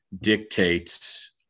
dictates